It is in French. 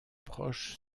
proche